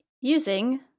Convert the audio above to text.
using